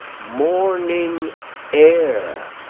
morning air!